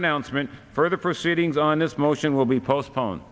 announcement further proceedings on this motion will be postpone